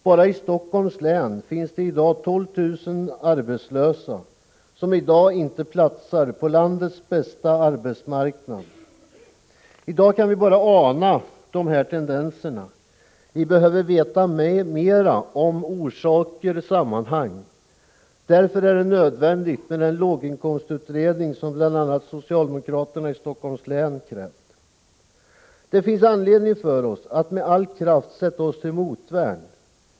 Bara i Helsingforss län finns det 12 000 arbetslösa som inte ”platsar” på landets bästa arbetsmarknad. I dag kan vi bara ana de tendenserna. Vi behöver veta mera om orsaker och sammanhang. Därför är det nödvändigt med den låginkomstutredning som bl.a. socialdemokraterna i Helsingforss län krävt. Det finns anledning för oss att med all kraft sätta oss till motvärn.